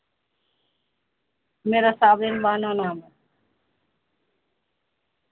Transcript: میرا صابین بانو نام ہے